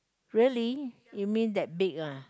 really you mean that big uh